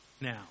Now